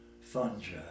fungi